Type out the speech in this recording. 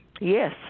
Yes